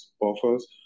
buffers